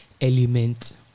element